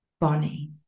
Bonnie